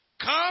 come